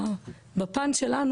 בפן שלנו,